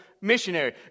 missionary